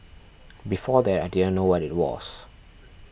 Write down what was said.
before that I didn't know what it was